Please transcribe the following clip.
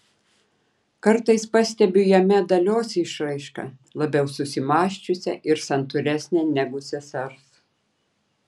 kartais pastebiu jame dalios išraišką labiau susimąsčiusią ir santūresnę negu sesers